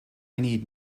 need